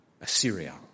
Assyria